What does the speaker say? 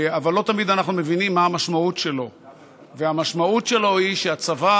מתפקדים, מנקודות ראות שונות,